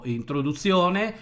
introduzione